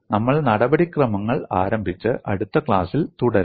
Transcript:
നമ്മൾ നടപടിക്രമങ്ങൾ ആരംഭിച്ച് അടുത്ത ക്ലാസ്സിൽ തുടരും